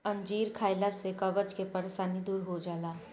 अंजीर खइला से कब्ज के परेशानी दूर हो जाला